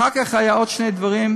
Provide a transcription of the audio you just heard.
אחר כך היו עוד שני דברים,